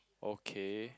okay